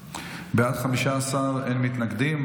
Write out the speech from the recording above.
בעד, 15, אין מתנגדים.